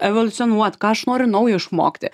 evoliucionuot ką aš noriu naujo išmokti